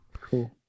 cool